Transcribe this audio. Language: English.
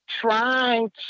trying